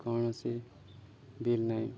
କୌଣସି ବିଲ୍ ନାହିଁ